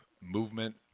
movement